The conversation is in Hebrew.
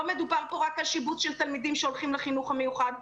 לא מדובר פה רק על שיבוץ של תלמידים שהולכים לחינוך המיוחד,